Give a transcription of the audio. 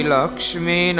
Lakshmi